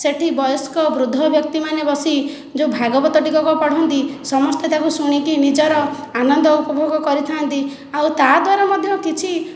ସେଠି ବୟସ୍କ ବୃଦ୍ଧବ୍ୟକ୍ତିମାନେ ବସି ଯେଉଁ ଭାଗବତ ଟିକକ ପଢ଼ନ୍ତି ସମସ୍ତେ ତାକୁ ଶୁଣିକି ନିଜର ଆନନ୍ଦ ଉପଭୋଗ କରିଥାନ୍ତି ଆଉ ତା' ଦ୍ଵାରା ମଧ୍ୟ କିଛି